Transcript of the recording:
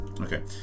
Okay